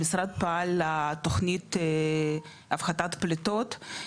המשרד פעל לתוכנית הפחתת פליטות,